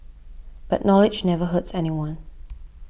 but knowledge never hurts anyone